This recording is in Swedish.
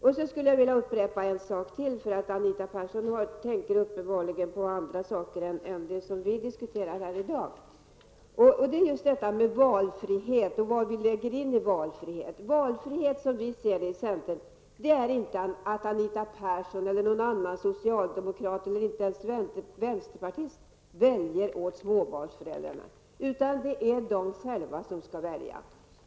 Jag vill upprepa ytterligare en sak, eftersom Anita Persson uppenbarligen tänker på andra saker än det som vi diskuterar här i dag, och det gäller valfriheten och vad vi lägger in i detta begrepp. Valfrihet för oss i centern är inte att Anita Persson eller någon annan socialdemokrat eller ens vänsterpartist skall välja åt småbarnsföräldrarna, utan valfrihet innebär att småbarnsföräldrarna själva skall välja.